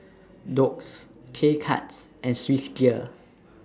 Doux K Cuts and Swissgear